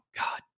god